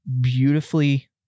beautifully